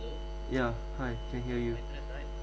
yeah hi can hear you